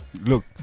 Look